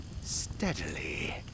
steadily